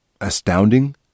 astounding